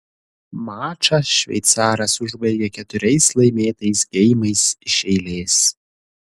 mačą šveicaras užbaigė keturiais laimėtais geimais iš eilės